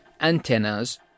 antennas